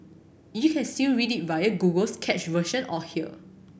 you can still read it via Google's cached version or here